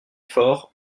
fort